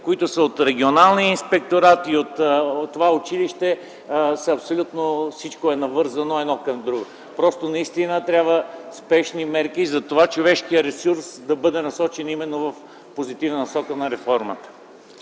дъщери са от Регионалния инспекторат и от това училище, абсолютно всичко е навързано едно към друго. Просто наистина трябват спешни мерки, за това човешкият ресурс да бъде насочен именно в позитивна насока на реформата.